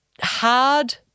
hard